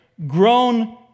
Grown